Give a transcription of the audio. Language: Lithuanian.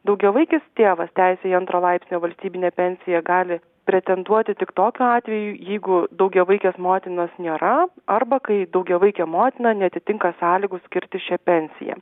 daugiavaikis tėvas teisę į antro laipsnio valstybinę pensiją gali pretenduoti tik tokiu atveju jeigu daugiavaikės motinos nėra arba kai daugiavaikė motina neatitinka sąlygų skirti šią pensiją